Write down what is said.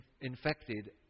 infected